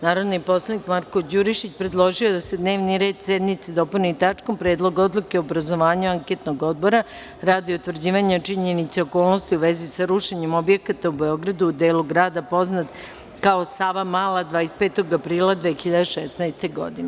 Narodni poslanik Marko Đurišić predložio je da se dnevni red sednice dopuni tačkom – Predlog odluke o obrazovanju anketnog odbora radi utvrđivanja činjenice okolnosti u vezi sa rušenjem objekata u Beogradu u delu grada poznat kao Savamala, 25. aprila 2016. godine.